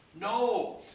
No